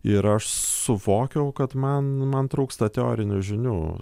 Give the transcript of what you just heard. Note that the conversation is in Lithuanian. ir aš suvokiau kad man man trūksta teorinių žinių